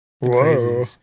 whoa